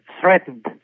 threatened